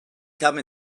come